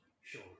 Sure